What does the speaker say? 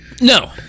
no